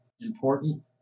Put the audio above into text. important